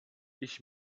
ich